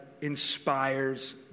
inspires